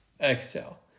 exhale